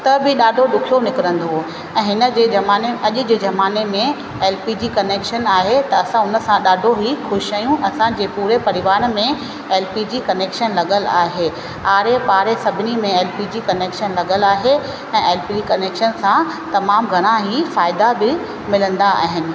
त बि ॾाढो ॾुखियो निकिरंदो हो ऐं हिन जे ज़माने अॼु जे ज़माने में एल पी जी कनेक्शन आहे त असां हुन सां ॾाढो ई ख़ुशि आहियूं असांजे पूरे परिवार में एल पी जी कनेक्शन लॻल आहे ऐं एल जी कनेक्शन सां तमामु घणा ई फ़ाइदा बि मिलंदा आहिनि